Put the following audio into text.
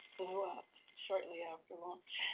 blew up shortly after launch,